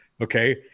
okay